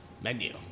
menu